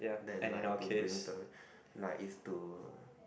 then like to bring like is to